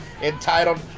entitled